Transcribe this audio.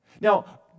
Now